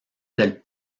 del